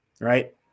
Right